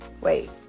wait